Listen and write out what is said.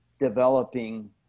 developing